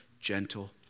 gentle